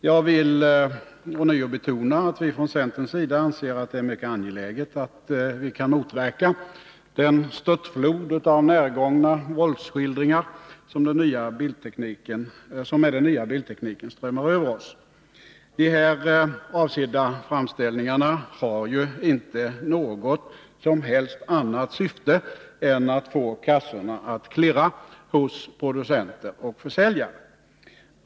Jag vill ånyo betona, att vi från centerns sida anser att det är mycket angeläget att vi kan motverka den störtflod av närgångna våldsskildringar som, med den nya bildtekniken, strömmar över oss. De här avsedda framställningarna har inte något som helst annat syfte än att få det att klirra i kassorna hos producenter och försäljare.